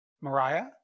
Mariah